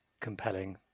compelling